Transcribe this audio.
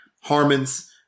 Harmon's